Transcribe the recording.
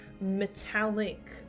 metallic